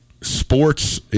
sports